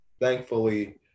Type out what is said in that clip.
thankfully